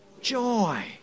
Joy